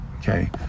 Okay